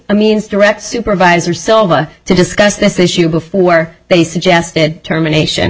i mean direct supervisor silva to discuss this issue before they suggested terminat